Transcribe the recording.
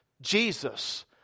Jesus